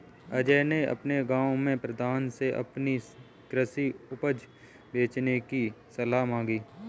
अजय ने अपने गांव के प्रधान से अपनी कृषि उपज बेचने की सलाह मांगी